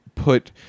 Put